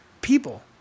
people